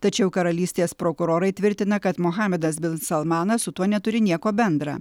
tačiau karalystės prokurorai tvirtina kad muhamedas bin salmanas su tuo neturi nieko bendra